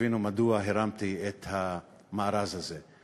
תבינו מדוע הרמתי את המארז הזה.